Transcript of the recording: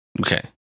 Okay